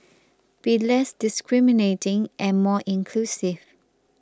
be less discriminating and more inclusive